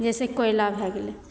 जैसे कोयला भए गेलै